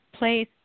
Place